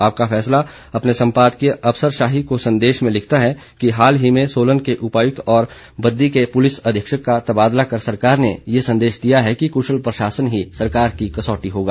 आपका फैसला अपने समपादकीय अफसरशाही को संदेश में लिखता है कि हाल ही में सोलन के उपायुक्त और बद्दी के पुलिस अधीक्षक का तबादला कर सरकार ने ये संदेश दिया है कि कुशल प्रशासन ही सरकार की कसौटी होगा